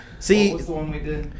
See